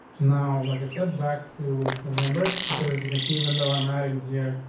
now, like i said, back to the line breaks because, as you can see, even though i'm adding here,